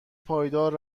پایدار